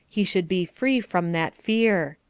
he should be free from that fear.